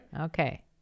Okay